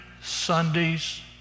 Sundays